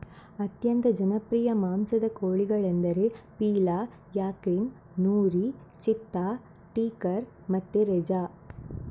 ಅತ್ಯಂತ ಜನಪ್ರಿಯ ಮಾಂಸದ ಕೋಳಿಗಳೆಂದರೆ ಪೀಲಾ, ಯಾರ್ಕಿನ್, ನೂರಿ, ಚಿತ್ತಾ, ಟೀಕರ್ ಮತ್ತೆ ರೆಜಾ